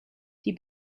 die